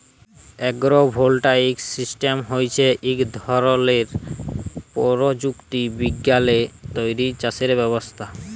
agro voltaic system হছে ইক ধরলের পরযুক্তি বিজ্ঞালে তৈরি চাষের ব্যবস্থা